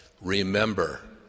Remember